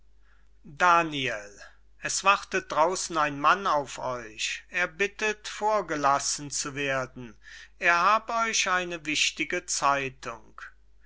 daniel es wartet draussen ein mann auf euch er bittet vorgelassen zu werden er hab euch eine wichtige zeitung